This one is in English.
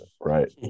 Right